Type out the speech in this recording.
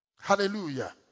Hallelujah